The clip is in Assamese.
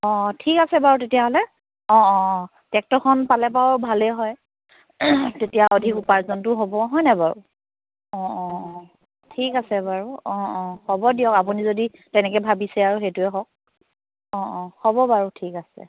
অ ঠিক আছে বাৰু তেতিয়াহ'লে অ অ অ টেক্টৰখন পালে বাৰু ভালে হয় তেতিয়া অধিক উপাৰ্জনটোও হ'ব হয় নাই বাৰু অ অ অ ঠিক আছে বাৰু অ অ হ'ব দিয়ক আপুনি যদি তেনেকৈ ভাবিছে আৰু সেইটোৱে হওক অ অ হ'ব বাৰু ঠিক আছে